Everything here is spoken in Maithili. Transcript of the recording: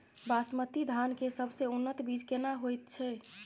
बासमती धान के सबसे उन्नत बीज केना होयत छै?